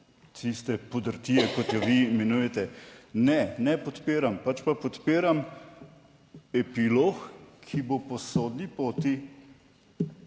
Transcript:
tiste podrtije, kot jo vi imenujete. Ne, ne podpiram, pač pa podpiram epilog, ki bo po sodni poti